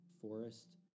Forest